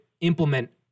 implement